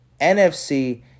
NFC